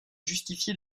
justifier